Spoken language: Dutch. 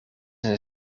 een